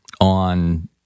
on